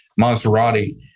Maserati